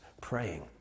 praying